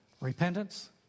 Repentance